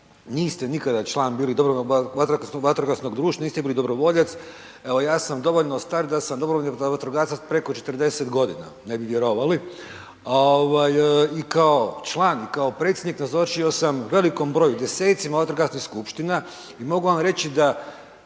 niste nikada član bili dobrovoljnog vatrogasnog društva, niste bili dobrovoljac, evo ja sam dovoljno star da sam dobrovoljni vatrogasac preko 40 godina, ne bi vjerovali. Ovaj i kao član i kao predsjednik nazočio sam velikom broju, 10-cima vatrogasnih skupština i mogu vam reći da